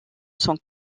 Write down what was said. sont